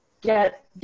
get